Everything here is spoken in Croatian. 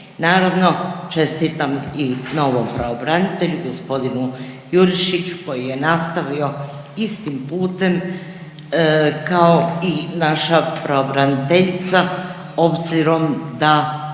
Naravno, čestitam i novom pravobranitelju, g. Jurišiću koji je nastavio istim putem kao i naša pravobraniteljica, obzirom da